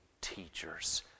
teachers